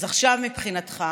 אז עכשיו מבחינתך